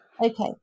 Okay